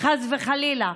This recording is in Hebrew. חס וחלילה,